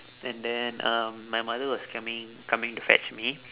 and then um my mother was coming coming to fetch me